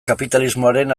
kapitalismoaren